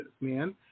man